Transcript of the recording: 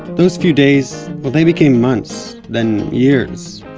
those few days, well they became months, then years.